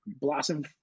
blossom